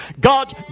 God